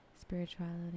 spirituality